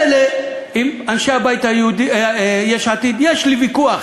מילא, עם אנשי יש עתיד יש לי ויכוח